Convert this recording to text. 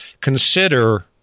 consider